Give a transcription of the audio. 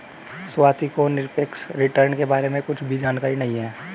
स्वाति को निरपेक्ष रिटर्न के बारे में कुछ भी जानकारी नहीं है